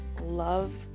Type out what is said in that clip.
love